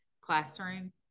classroom